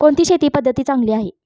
कोणती शेती पद्धती चांगली आहे?